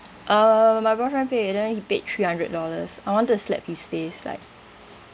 uh when my boyfriend pay and then he paid three hundred dollars I want to slap his face like